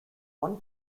one